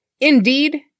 Indeed